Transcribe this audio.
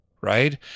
right